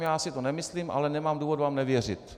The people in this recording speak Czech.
Já si to nemyslím, ale nemám důvod vám nevěřit.